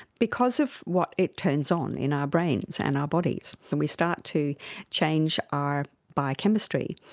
because of what it turns on in our brains and our bodies, and we start to change our biochemistry.